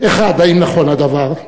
1. האם נכון הדבר?